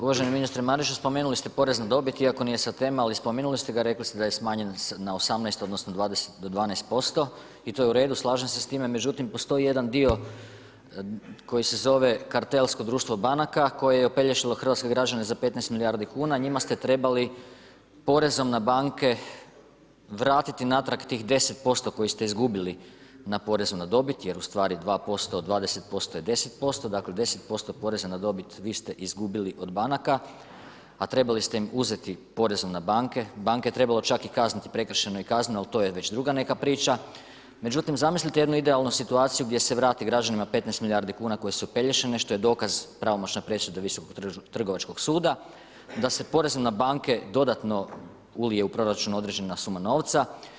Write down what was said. Uvaženi ministre Mariću, spomenuli ste porez na dobit, iako nije sad tema, spomenuli ste ga, rekli ste da je smanjen na 18, odnosno do 12% i to je u redu, slažem se s time, međutim postoji jedan dio koji se zove kartelsko društvo banaka koje je opelješilo hrvatske građane za 15 milijardi kuna. njima ste trebali porezom na banke vratiti natrag tih 10% koje ste izgubili na porezu na dobit jer ustvari 2% od 20% je 10%, dakle 10% poreza na dobit vi ste izgubili od banaka, a trebali ste im uzeti porezom na banke, banke je trebalo čak i kazniti prekršajno i kazneno, ali to je već druga neka priča, međutim zamislite jednu idealnu situaciju gdje se vrati građanima 15 milijardi kuna koje su opelješene, što je dokaz pravomoćna presuda Visokog trgovačkog suda da se porezom na banke dodatno ulije u proračun određena suma novca.